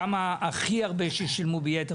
כמה הכי הרבה ששילמו ביתר,